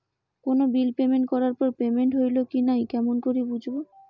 কোনো bill payment করার পর পেমেন্ট হইল কি নাই কেমন করি বুঝবো?